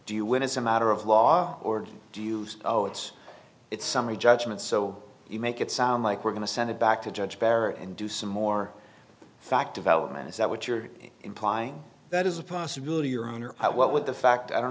do you when it's a matter of law or do you say oh it's it's summary judgment so you make it sound like we're going to send it back to judge bear and do some more fact development is that what you're implying that is a possibility your honor i what with the fact i don't